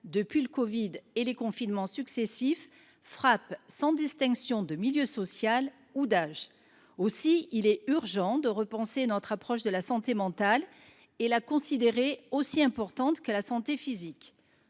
depuis le covid 19 et les confinements successifs frappe sans distinction de milieu social ou d’âge. Il est urgent de repenser notre approche de la santé mentale : cette dernière est aussi importante que la santé physique.